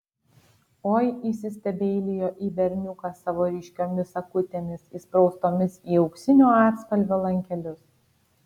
oi įsistebeilijo į berniuką savo ryškiomis akutėmis įspraustomis į auksinio atspalvio lankelius